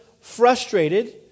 frustrated